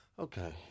Okay